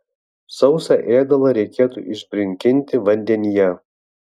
sausą ėdalą reikėtų išbrinkinti vandenyje